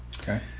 Okay